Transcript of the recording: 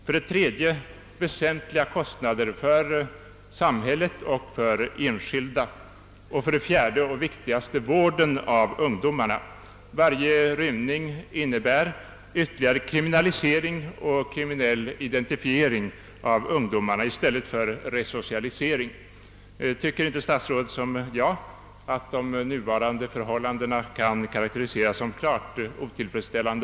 Den tredje är de väsentliga kostnaderna för samhället och för enskilda. Den fjärde och viktigaste rör vården av ungdomarna. Varje rymning innebär ytterligare kriminalisering och kriminell identifiering av ungdomarna i stället för resocialisering. Tycker inte statsrådet som jag att de nuvarande förhållandena kan karakteriseras som klart otillfredsställande?